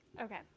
Okay